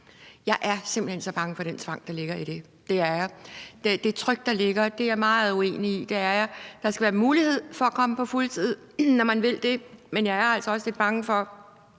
Jeg er simpelt hen så bange for den tvang, der ligger i det. Det er jeg. Det tryk, der ligger i det, er jeg meget uenig i. Det er jeg. Der skal være mulighed for at komme på fuldtid, når man vil det, men jeg er altså også lidt bange for,